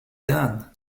done